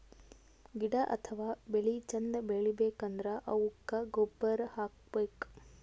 ಗಿಡ ಅಥವಾ ಬೆಳಿ ಚಂದ್ ಬೆಳಿಬೇಕ್ ಅಂದ್ರ ಅವುಕ್ಕ್ ಗೊಬ್ಬುರ್ ಹಾಕ್ಬೇಕ್